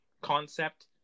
concept